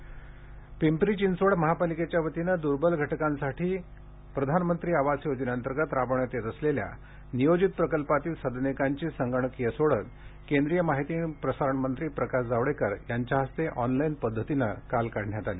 सदनिका सोडत पिंपरी चिंचवड महापालिकेच्यावतीने दूर्बल घटकांसाठी प्रधानमंत्री आवास योजनेअंतर्गत राबविण्यात येत असलेल्या नियोजित प्रकल्पातील सदनिकांची संगणकीय सोडत केंद्रीय माहिती आणि प्रसारण मंत्री प्रकाश जावडेकर यांच्या हस्ते ऑनलाईन पद्धतीने काल काढण्यात आली